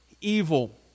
evil